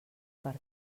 per